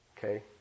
Okay